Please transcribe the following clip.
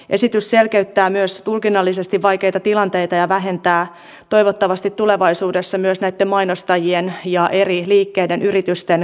esitys selkeyttää myös tulkinnallisesti vaikeita tilanteita ja vähentää toivottavasti tulevaisuudessa myös näitten mainostajien ja eri liikkeiden ja yritysten kustannuksia